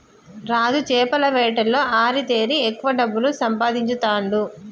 రాజు చేపల వేటలో ఆరితేరి ఎక్కువ డబ్బులు సంపాదించుతాండు